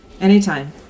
Anytime